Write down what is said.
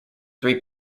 three